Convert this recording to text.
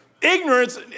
Ignorance